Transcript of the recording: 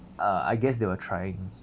uh I guess they were trying